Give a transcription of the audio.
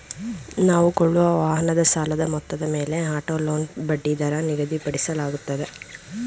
ನಾವು ಕೊಳ್ಳುವ ವಾಹನದ ಸಾಲದ ಮೊತ್ತದ ಮೇಲೆ ಆಟೋ ಲೋನ್ ಬಡ್ಡಿದರ ನಿಗದಿಪಡಿಸಲಾಗುತ್ತದೆ